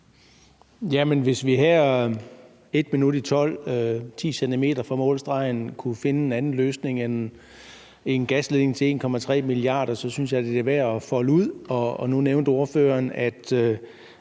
Hvis vi her et minut i tolv ti centimeter fra målstregen kunne finde en anden løsning end en gasledning til 1,3 mia. kr., synes jeg, det er værd at folde ud. Og nu nævnte ordføreren, at